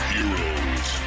Heroes